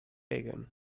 again